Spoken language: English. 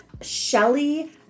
Shelly